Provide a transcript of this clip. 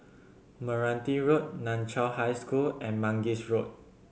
Meranti Road Nan Chiau High School and Mangis Road